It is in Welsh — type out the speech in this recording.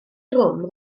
drwm